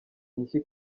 inshyi